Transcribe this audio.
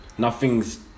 Nothing's